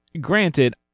granted